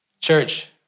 Church